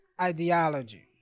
Ideology